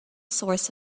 source